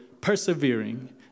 persevering